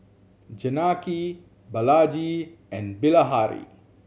Janaki Balaji and Bilahari